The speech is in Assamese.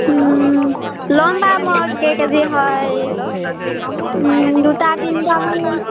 ল'ম বাৰু মই কেই কেজি হয় দুটা তিনিটামান ল'ম